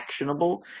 actionable